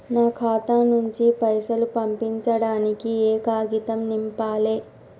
నా ఖాతా నుంచి పైసలు పంపించడానికి ఏ కాగితం నింపాలే?